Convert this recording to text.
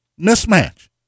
Mismatch